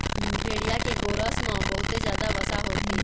भेड़िया के गोरस म बहुते जादा वसा होथे